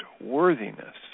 worthiness